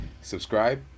subscribe